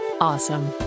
awesome